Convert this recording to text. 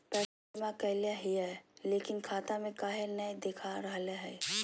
पैसा जमा कैले हिअई, लेकिन खाता में काहे नई देखा रहले हई?